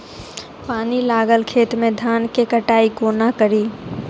पानि लागल खेत मे धान केँ कटाई कोना कड़ी?